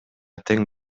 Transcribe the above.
тең